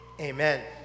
amen